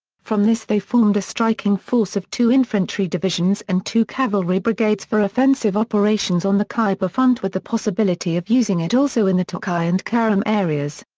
from this they formed a striking force of two infantry divisions and two cavalry brigades for offensive operations on the kyber front with the possibility of using it also in the tochi and kurram areas.